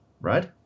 right